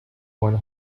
one